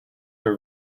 were